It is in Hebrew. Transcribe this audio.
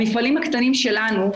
המפעלים הקטנים שלנו,